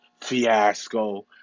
Fiasco